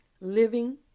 living